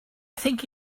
think